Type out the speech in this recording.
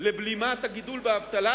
לבלימת הגידול באבטלה,